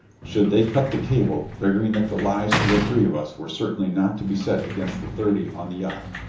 should they cut the cable, figuring that the lives of the three of us were certainly not to be set against the thirty on the yacht?